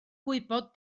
gwybod